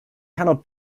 cannot